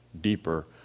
deeper